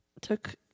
Took